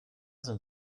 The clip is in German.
sind